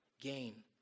gain